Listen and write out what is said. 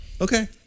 Okay